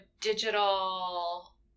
digital